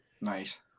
Nice